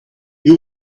you